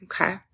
Okay